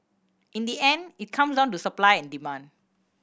in the end it comes down to supply and demand